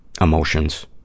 Emotions